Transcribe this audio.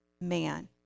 man